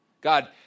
God